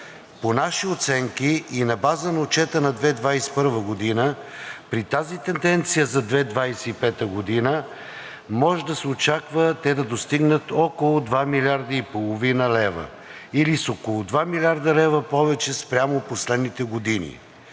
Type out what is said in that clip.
По наши оценки и на база на отчета за 2021 г. при тази тенденция за 2025 г. може да се очаква те да достигнат около 2,5 млрд. лв., или с около 2 млрд. лв. повече спрямо последните години,